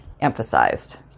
emphasized